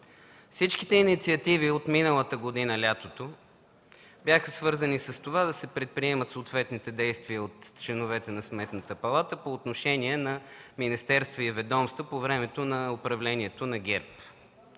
Всички инициативи от лятото на миналата година бяха свързани с това да се предприемат съответните действия от членовете на Сметната палата по отношение на министерства и ведомства по времето на управлението на ГЕРБ.